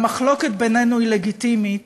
המחלוקת בינינו היא לגיטימית,